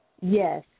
yes